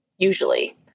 usually